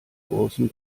großen